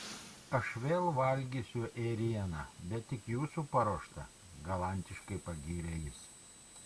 aš vėl valgysiu ėrieną bet tik jūsų paruoštą galantiškai pagyrė jis